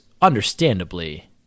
understandably